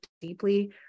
deeply